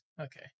Okay